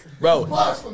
bro